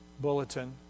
bulletin